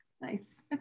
nice